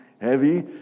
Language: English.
heavy